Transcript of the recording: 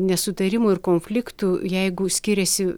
nesutarimų ir konfliktų jeigu skiriasi